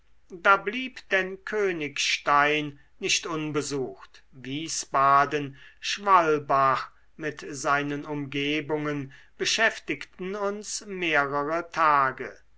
da blieb denn königstein nicht unbesucht wiesbaden schwalbach mit seinen umgebungen beschäftigten uns mehrere tage